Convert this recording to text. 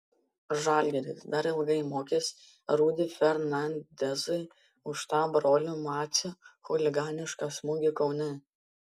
žalgiris dar ilgai mokės rudy fernandezui už tą brolių macių chuliganišką smūgį kaune